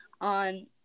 on